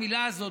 המילה הזאת,